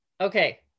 okay